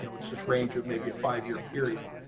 you know it's just range of maybe a five year period,